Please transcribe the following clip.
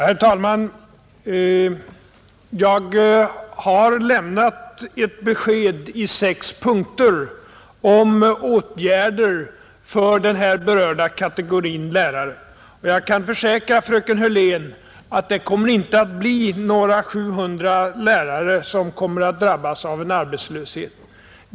Herr talman! Jag har lämnat ett besked i sex punkter om åtgärder för den här berörda kategorin lärare, och jag kan försäkra fröken Hörlén att det kommer inte att bli några 700 yrkeslärare som drabbas av arbetslöshet.